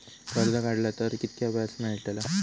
कर्ज काडला तर कीतक्या व्याज मेळतला?